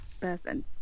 person